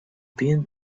been